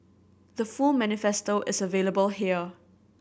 the full manifesto is available here